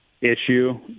issue